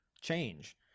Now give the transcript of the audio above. change